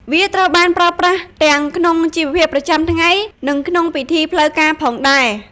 វាត្រូវបានប្រើប្រាស់ទាំងក្នុងជីវភាពប្រចាំថ្ងៃ និងក្នុងពិធីផ្លូវការផងដែរ។